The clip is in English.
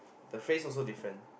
the face also different